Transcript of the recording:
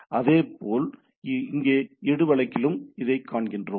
இதேபோல் இங்கே எடு வழக்கிலும் இதைக் காண்கிறோம்